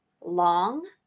long